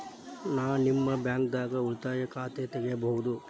ನಾ ನಿಮ್ಮ ಬ್ಯಾಂಕ್ ದಾಗ ಉಳಿತಾಯ ಖಾತೆ ತೆಗಿಬಹುದ?